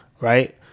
right